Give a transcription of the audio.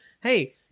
hey